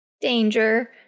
danger